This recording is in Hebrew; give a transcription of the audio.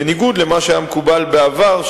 בניגוד למה שהיה מקובל בעבר,